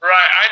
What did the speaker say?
Right